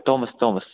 thomas thomas